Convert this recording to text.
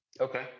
Okay